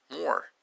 more